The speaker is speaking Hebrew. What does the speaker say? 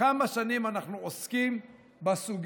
כמה שנים אנחנו עוסקים בסוגיה.